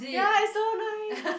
ya it's so nice